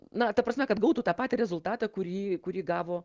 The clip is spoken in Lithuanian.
na ta prasme kad gautų tą patį rezultatą kurį kurį gavo